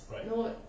nope